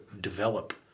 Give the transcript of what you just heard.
develop